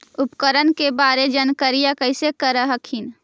उपकरण के बारे जानकारीया कैसे कर हखिन?